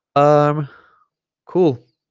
um cool